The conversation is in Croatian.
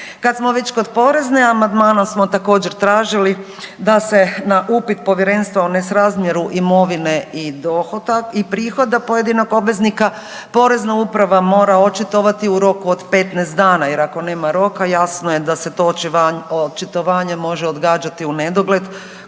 Kad smo već kod Porezne, amandmanom smo također, tražili da se na upit Povjerenstva o nesrazmjeru imovine i .../Govornik se ne razumije./... prihoda pojedinog obveznika, Porezna uprava mora očitovati u roku od 15 dana jer ako nema roka, jasno je da se to očitovanje može odgađati unedogled,